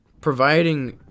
providing